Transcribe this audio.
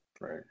Right